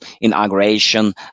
Inauguration